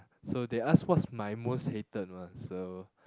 so they ask what's my most hated one so